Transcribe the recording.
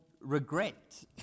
regret